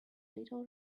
little